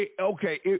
okay